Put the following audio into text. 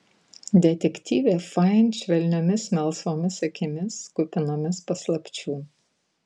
detektyvė fain švelniomis melsvomis akimis kupinomis paslapčių